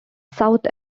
south